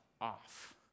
off